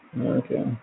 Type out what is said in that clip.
Okay